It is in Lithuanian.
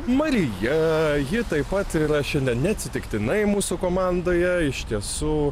marija ji taip pat yra šiandien neatsitiktinai mūsų komandoje iš tiesų